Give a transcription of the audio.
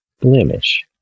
blemish